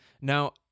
Now